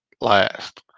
last